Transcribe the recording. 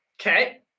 Okay